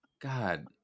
God